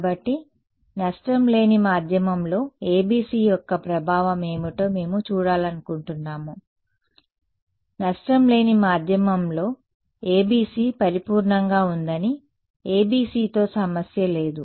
కాబట్టి నష్టం లేని మాధ్యమంలో ABC యొక్క ప్రభావం ఏమిటో మేము చూడాలనుకుంటున్నాము నష్టం లేని మాధ్యమంలో ABC పరిపూర్ణంగా ఉందని ABC తో సమస్య లేదు